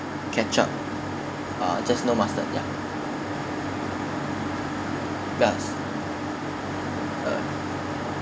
ketchup ah just no mustard ya yes uh